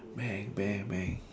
bank bank bank